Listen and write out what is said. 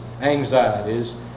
anxieties